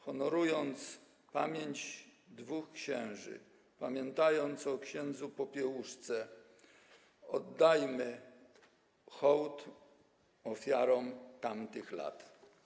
Honorując pamięć dwóch księży, pamiętając o ks. Popiełuszce, oddajmy hołd ofiarom tamtych lat.